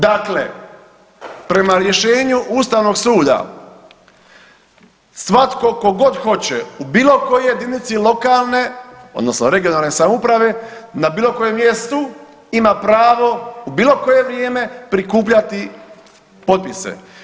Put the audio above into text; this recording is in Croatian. Dakle, prema rješenju ustavnog suda svatko tko god hoće u bilo kojoj jedinici lokalne odnosno regionalne samouprave na bilo kojem mjestu ima pravo u bilo koje vrijeme prikupljati potpise.